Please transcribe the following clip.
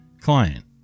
Client